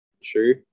sure